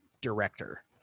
director